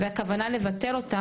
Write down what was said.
והכוונה לבטל אותה,